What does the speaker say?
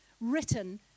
written